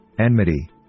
enmity